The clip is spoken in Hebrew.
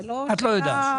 את לא יודעת.